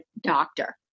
doctor